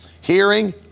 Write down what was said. hearing